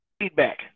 feedback